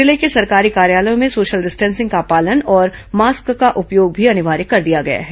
जिले के सरकारी कार्यालयों में सोशल डिस्टेंसिंग का पालन और मास्क का उपयोग भी अनिवार्य कर दिया गया है